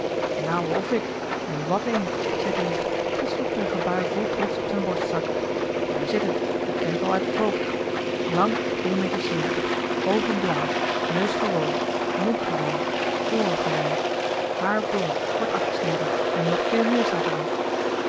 nou f ik en wat een zei deze en sloeg met een gebaar vol trots op zijn borstzak daar zit het ik ken het al uit het hoofd lang één meter zeventig oogen blauw neus gewoon mond gewoon ooren gewoon haar blond kort afgesneden en nog veel meer staat er